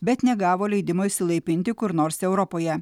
bet negavo leidimo išsilaipinti kur nors europoje